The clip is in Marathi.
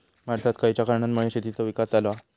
भारतात खयच्या कारणांमुळे शेतीचो विकास झालो हा?